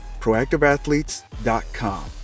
proactiveathletes.com